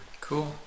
Cool